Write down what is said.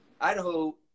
Idaho